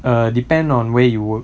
err depends on where you work